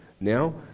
Now